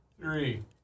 three